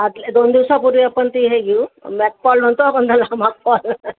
आदल्या दोन दिवसापूर्वी आपण ती हे घेऊ मॅप पॉल म्हणतो आपण त्याला माक पॉल